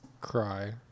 Cry